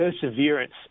perseverance